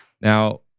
Now